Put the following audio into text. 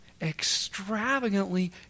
extravagantly